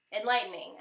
enlightening